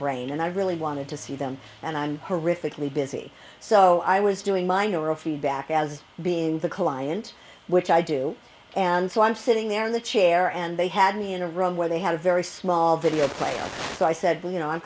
brain and i really wanted to see them and i'm horrifically busy so i was doing minor of feedback as being the client which i do and so i'm sitting there in the chair and they had me in a room where they had a very small video player so i said well you know i'm